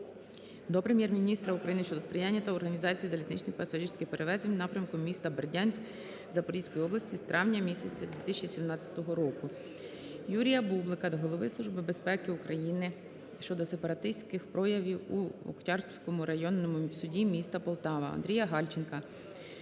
до Прем'єр-міністра України щодо сприяння в організації залізничних пасажирських перевезень у напрямку міста Бердянськ Запорізької області з травня місяця 2017 року. Юрія Бублика до голови Служби безпеки України щодо сепаратистських проявів у Октябрському районному суді міста Полтави. Андрія Гальченка